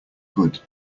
good